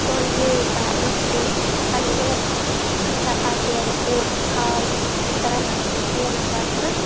ಹೋಳ್ಗೆ ಊಟ ರೊಟ್ಟಿ ಪಲ್ಲೆ ಚಪಾತಿ ಆಯಿತು ಕಾಳು ಈ ಥರ ಮಾಡ್ತೀವಿ ಏನಪ್ಪ ಅಂದ್ರೆ